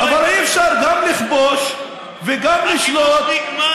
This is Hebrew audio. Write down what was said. מי שמעורב בטרור לא יקבל.